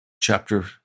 chapter